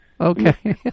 Okay